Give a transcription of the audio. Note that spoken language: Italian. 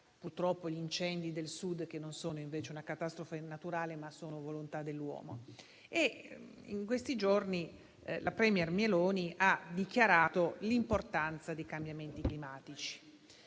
Sud: incendi che, purtroppo, non sono una catastrofe naturale ma sono volontà dell'uomo. In questi giorni, la *premier* Meloni ha dichiarato l'importanza dei cambiamenti climatici.